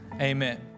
amen